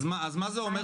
אז מה זה אומר?